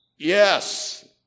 Yes